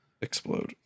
explode